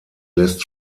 lässt